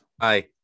Hi